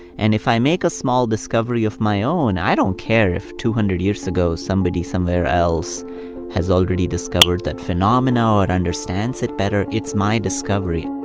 and if i make a small discovery of my own, i don't care if two hundred years ago somebody somewhere else has already discovered that phenomenon or ah and understands it better. it's my discovery